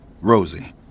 Rosie